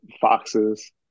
foxes